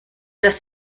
das